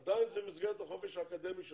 עדיין זה במסגרת החופש האקדמי שלכם.